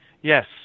yes